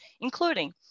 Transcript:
including